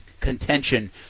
contention